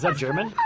um german?